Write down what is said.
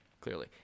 clearly